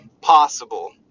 possible